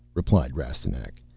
replied rastignac,